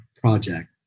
project